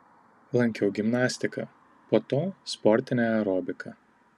lankiau gimnastiką po to sportinę aerobiką